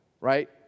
right